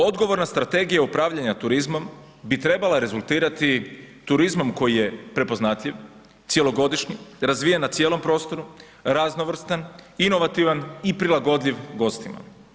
Odgovorna strategija upravljanja turizmom bi trebala rezultirati turizmom koji je prepoznatljiv, cjelogodišnji, razvijen na cijelom prostoru, raznovrstan, inovativan i prilagodljiv gostima.